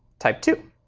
type two.